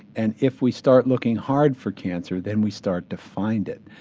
and if we start looking hard for cancer then we start to find it.